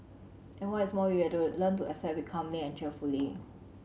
and what is more we have to learn to accept it calmly and cheerfully